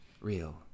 real